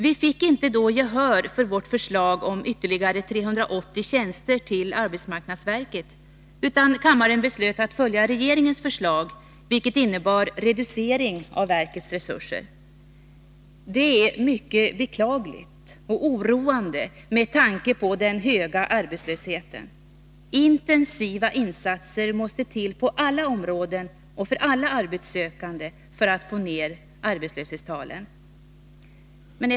Vi fick inte då gehör för vårt förslag om ytterligare 380 tjänster till arbetsmarknadsverket, utan kammaren beslöt att följa regeringens förslag, vilket innebar reducering av verkets resurser. Det är mycket beklagligt och oroande med tanke på den höga arbetslösheten. Intensiva insatser måste till på alla områden och för alla arbetssökande för att få ner arbetslöshetstalen.